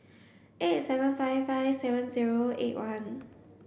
eight seven five five seven zero eight one